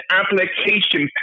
application